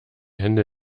hände